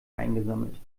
eingesammelt